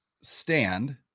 stand